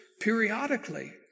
periodically